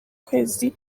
kwezi